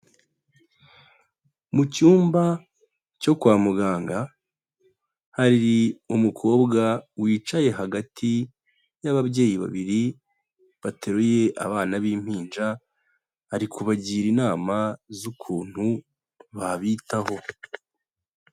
Mu cyumba cyo kwa muganga, hari umukobwa wicaye hagati y'ababyeyi babiri bateruye abana b'impinja, ari kubagira inama z'ukuntu babitaho.